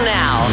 now